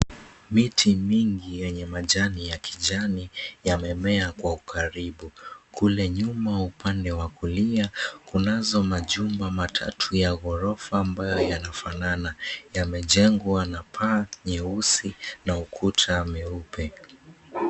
Miti mingi yenye majani ya kijani yamemea kwa ukaribu. Kule nyuma upande wa kulia kunazo majumba matatu ya ghorofa ambayo yanafanana. Yamejengwa na paa nyeusi na ukuta meupe.